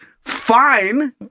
fine